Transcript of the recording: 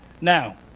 Now